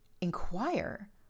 inquire